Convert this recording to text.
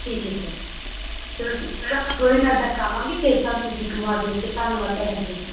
ਠੀਕ ਹੈ ਸਰ ਚਲੋ ਠੀਕ ਸਰ ਆਪਾਂ ਥੋੜ੍ਹੇ ਦਿਨਾਂ ਤੱਕ ਆਵਾਂਗੇ ਫਿਰ ਸਾਨੂੰ ਤੁਸੀਂ ਘੁੰਮਾ ਦਿਓ ਕਿ ਧੰਨਵਾਦ ਤੁਹਾਡਾ ਬਹੁਤ ਬਹੁਤ